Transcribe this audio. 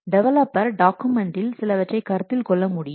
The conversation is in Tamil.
டெவலப்பர் டாக்குமெண்டில் சிலவற்றை கருத்தில் கொள்ள முடியும்